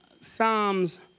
Psalms